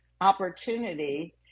opportunity